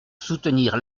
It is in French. soutenir